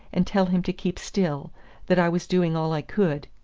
and tell him to keep still that i was doing all i could.